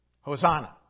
Hosanna